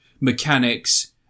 mechanics